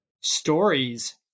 stories